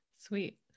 Sweet